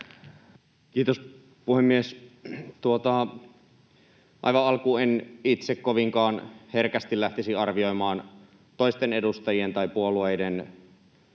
Kiitos, puhemies! Aivan alkuun: en itse kovinkaan herkästi lähtisi arvioimaan toisten edustajien tai puolueiden